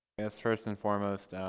i guess first and foremost,